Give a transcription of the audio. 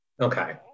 Okay